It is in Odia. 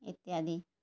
ଇତ୍ୟାଦି